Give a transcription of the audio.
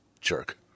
Jerk